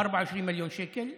24 מיליון שקל.